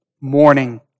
morning